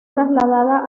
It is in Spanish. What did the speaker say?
trasladada